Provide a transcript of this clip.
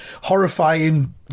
horrifying